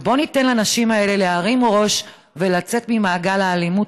בואו ניתן לנשים האלה להרים ראש ולצאת ממעגל האלימות,